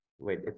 Wait